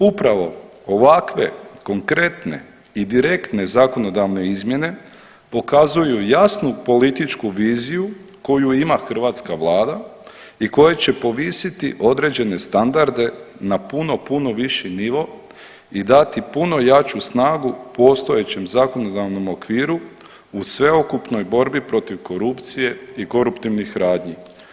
Upravo ovakve konkretne i direktne zakonodavne izmjene pokazuju jasnu političku viziju koju ima hrvatska vlada i koja će povisiti određene standarde na puno, puno viši nivo i dati puno jaču snagu postojećem zakonodavnom okviru u sveukupnoj borbi protiv korupcije i koruptivnih radnji.